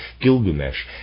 Gilgamesh